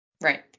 Right